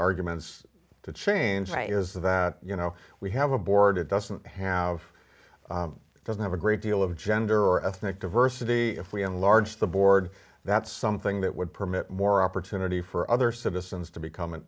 arguments to change is that you know we have a board it doesn't have doesn't have a great deal of gender or ethnic diversity if we enlarge the board that's something that would permit more opportunity for other citizens to becom